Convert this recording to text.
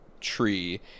tree